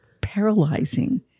paralyzing